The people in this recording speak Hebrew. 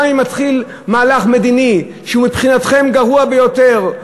גם אם מתחיל מהלך מדיני שמבחינתכם הוא גרוע ביותר,